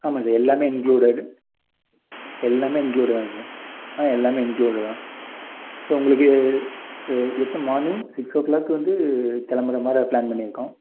ஆமாம் சார் எல்லாமே இன்க்குலூடடு எல்லாமே இன்க்குலூடு தான் சார் எல்லாமே இன்க்குலூடு தான் சார் ஸோ உங்களுக்கு எத்தனை மார்னிங் சிக்ஸ் ஓ கிளாக் வந்து கிளம்புற மாரி பிளான் பண்ணியிருக்கோம்